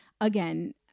Again